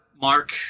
Mark